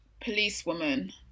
policewoman